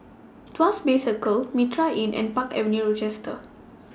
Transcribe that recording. Tuas Bay Circle Mitraa Inn and Park Avenue Rochester